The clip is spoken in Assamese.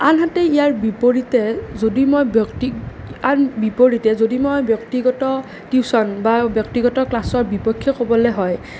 আনহাতে ইয়াৰ বিপৰীতে যদি মই ব্যক্তি আন বিপৰীতে যদি মই ব্যক্তিগত টিউচন বা ব্যক্তিগত ক্লাছৰ বিপক্ষে ক'বলৈ হয়